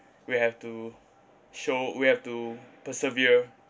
we have to show we have to persevere